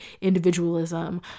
individualism